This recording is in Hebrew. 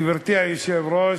גברתי היושבת-ראש,